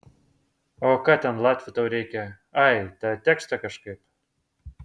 o ką ten latvių tau reikia ai tą tekstą kažkaip